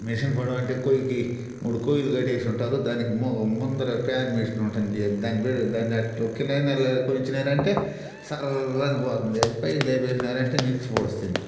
machine పడవ అంటే కొయ్యకి మూడు కొయ్యలు కట్టేసి ఉంటారు దానికి ము ముందర ఫ్యాన్ మిషన్ ఉంటుంది దాన్ని బ్లేడ్ దాన్ని ఇంచినారంటే సర్రని పోతుంది అది పైకి లేపేసినారంటే నిలిచిపొడుస్తుంది